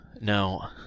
Now